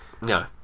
no